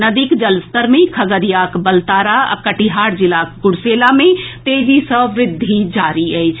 नदीक जलस्तर मे खगड़ियाक बलतारा आ कटिहार जिलाक कुर्सेला मे तेजी सँ वृद्धि जारी अछि